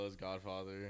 Godfather